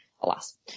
alas